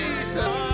Jesus